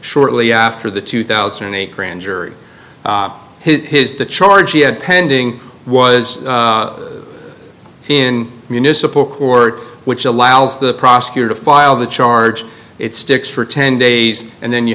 shortly after the two thousand and eight grand jury his the charge pending was in municipal court which allows the prosecutor to file the charge it sticks for ten days and then you